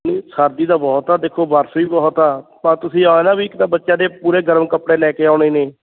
ਸਰਦੀ ਤਾਂ ਬਹੁਤ ਆ ਦੇਖੋ ਬਰਫ ਵੀ ਬਹੁਤ ਆ ਪਰ ਤੁਸੀਂ ਆ ਨਾ ਵੀ ਇੱਕ ਤਾਂ ਬੱਚਿਆਂ ਦੇ ਪੂਰੇ ਗਰਮ ਕੱਪੜੇ ਲੈ ਕੇ ਆਉਣੇ ਨੇ